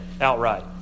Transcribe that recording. outright